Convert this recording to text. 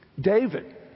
David